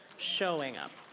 showing up.